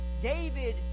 David